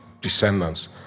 descendants